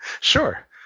Sure